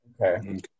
okay